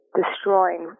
destroying